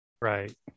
Right